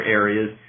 areas